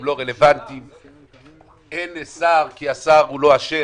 הם לא רלוונטיים; אין שר כי השר לא אשם,